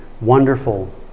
Wonderful